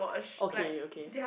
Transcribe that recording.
okay okay